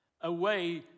away